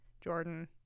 Jordan